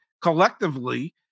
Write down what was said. collectively